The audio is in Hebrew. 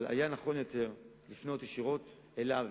אבל היה נכון יותר לפנות ישירות אליו,